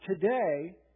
today